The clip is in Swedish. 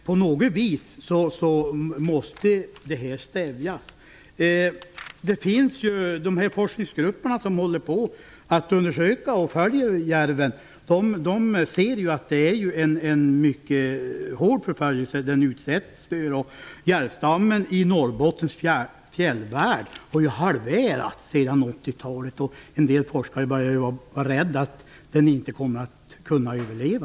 På något sätt måste det stävjas. De forskningsgrupper som undersöker och följer järven ser ju att det är en mycket hård förföljelse som den utsätts för. Järvstammen i Norrbottens fjällvärld har halverats sedan 1980-talet. En del forskare börjar frukta att den inte kommer att kunna överleva.